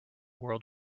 world